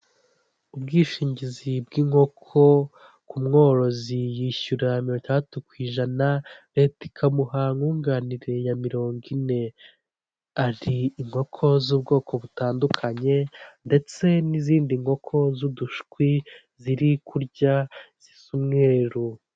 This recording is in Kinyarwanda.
Ubwishingizi bw'inkoko ku mworozi yishyura mirongo itandatu ku ijana, leta ikamuha nkunganire ya mirongo ine, hari inkoko z'ubwoko butandukanye ndetse n'izindi nkoko z'udushwi ziri kurya zisa umweru.